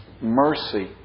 Mercy